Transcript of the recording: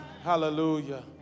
Hallelujah